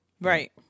Right